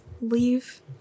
leave